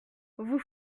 vous